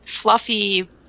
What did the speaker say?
fluffy